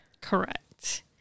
Correct